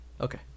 okay